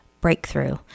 breakthrough